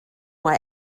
why